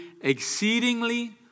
exceedingly